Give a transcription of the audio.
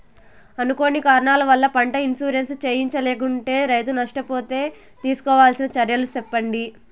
అనుకోని కారణాల వల్ల, పంట ఇన్సూరెన్సు చేయించలేకుంటే, రైతు నష్ట పోతే తీసుకోవాల్సిన చర్యలు సెప్పండి?